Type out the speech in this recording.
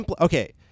okay